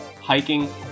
hiking